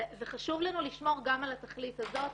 חשוב לנו לשמור גם על התכלית הזאת,